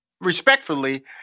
respectfully